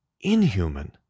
inhuman